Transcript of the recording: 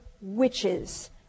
witches